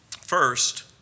first